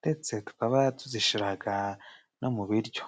ndetse tukaba tuzishiraga no mu biryo.